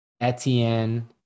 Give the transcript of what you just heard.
Etienne